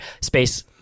space